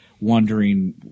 wondering